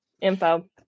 info